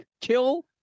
kill